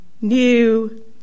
new